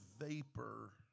vapor